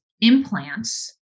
implants